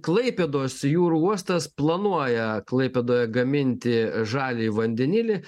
klaipėdos jūrų uostas planuoja klaipėdoje gaminti žaliąjį vandenilį